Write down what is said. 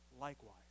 Likewise